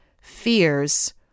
fears